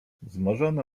wzmożone